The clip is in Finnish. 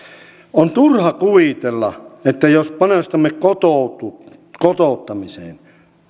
on turha kuvitella että jos panostamme kotouttamiseen